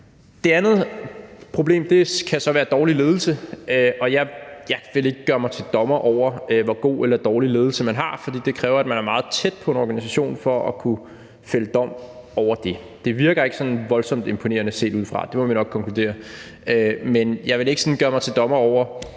Det andet problem kan så være dårlig ledelse, og jeg vil ikke gøre mig til dommer over, hvor god eller dårlig ledelse man har, for det kræver, at man er meget tæt på en organisation, hvis man skal kunne fælde dom over det. Det virker ikke sådan voldsomt imponerende set udefra. Det må vi nok konkludere. Men jeg vil ikke sådan gøre mig til dommer over,